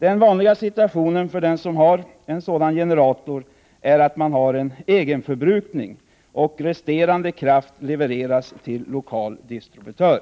Den vanliga situationen för den som har en sådan generator är att man har en egenförbrukning och att resterande kraft levereras till lokal distributör.